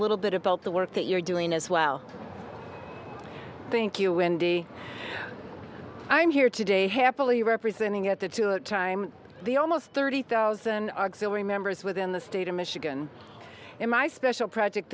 little bit about the work that you're doing as well thank you wendy i'm here today happily representing at that time the almost thirty thousand auxiliary there's within the state of michigan in my special project